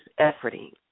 efforting